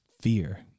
fear